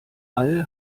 all